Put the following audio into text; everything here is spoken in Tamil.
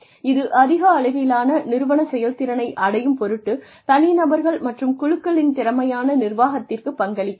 இது அதிக அளவிலான நிறுவன செயல்திறனை அடையும் பொருட்டு தனிநபர்கள் மற்றும் குழுக்களின் திறமையான நிர்வாகத்திற்குப் பங்களிக்கிறது